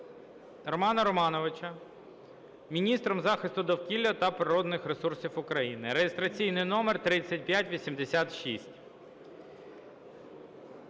Романа Романовича міністром захисту довкілля та природних ресурсів України (реєстраційний номер 3586).